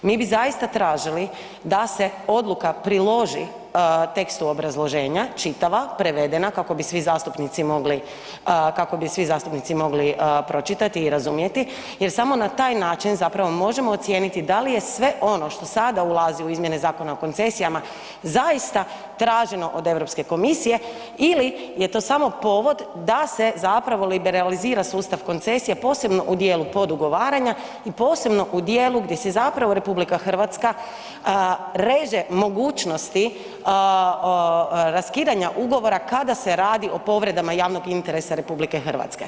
Mi bi zaista tražili da se odluka priloži tekstu obrazloženja, čitava, prevedena kako bi svi zastupnici mogli, kako bi svi zastupnici mogli pročitati i razumjeti jer samo na taj način zapravo možemo ocijeniti da li je sve ono što sada ulazi u izmjene zakona o koncesijama zaista traženo od Europske komisije ili je to samo povod da se zapravo liberalizira sustav koncesija posebno u dijelu podugovaranja i posebno u dijelu gdje se zapravo RH reže mogućnosti raskidanja ugovora kada se radi o povredama javnog interesa RH.